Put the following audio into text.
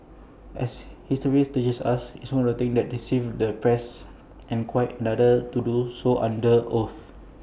as history teaches us IT is one thing to deceive the press and quite another to do so under oath